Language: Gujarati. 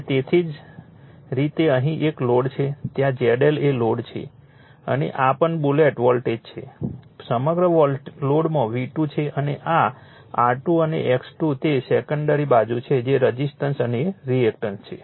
અને તેવી જ રીતે અહીં એક લોડ છે ત્યાં ZL એ લોડ છે અને આ પણ બુલેટ વોલ્ટેજ છે સમગ્ર લોડમાં V2 છે અને આ R2 અને X2 તે સેકન્ડરી બાજુ છે જે રઝિસ્ટન્સ અને રિએક્ટન્સ છે